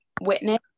witness